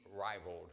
rivaled